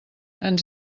ens